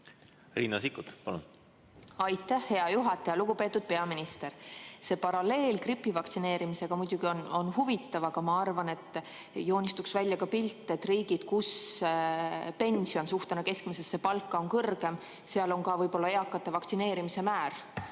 Riina Sikkut, palun! Aitäh, hea juhataja! Lugupeetud peaminister! See paralleel gripi vastu vaktsineerimisega on muidugi huvitav, aga ma arvan, et joonistuks välja ka pilt, et riigid, kus pensioni suhe keskmisesse palka on kõrgem, seal on ka eakate vaktsineerimise määr